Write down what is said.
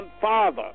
Father